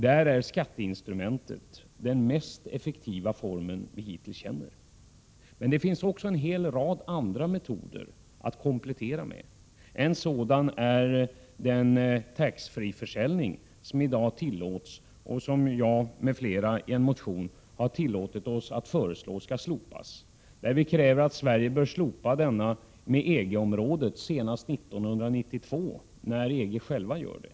Skatteinstrumentet är i detta sammanhang den mest effektiva form som vi hittills känner till. Men det finns också en hel rad andra metoder att komplettera med. En sådan metod är att slopa den taxfree-försäljning som i dag tillåts. Detta har jag tillsammans med några andra folkpartister föreslagit i en motion. I motionen skriver vi ”att Sverige bör slopa taxfree-försäljningen med EG-området senast 1992” , samtidigt som EG-länderna själva gör det.